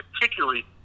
particularly